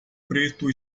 preto